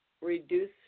reduce